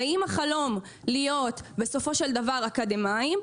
ואם החלום להיות בסופו של דבר אקדמאים,